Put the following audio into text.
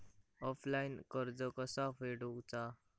Offline कर्ज कसा फेडूचा?